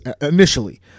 initially